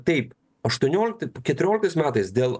taip aštuoniolikti keturioliktais metais dėl